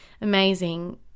amazing